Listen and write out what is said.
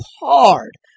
hard